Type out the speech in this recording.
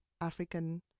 African